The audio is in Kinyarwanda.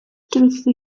turufu